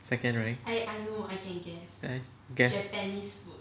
second rank guess